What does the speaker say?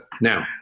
now